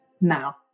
now